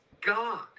God